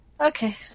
Okay